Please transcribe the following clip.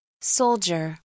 Soldier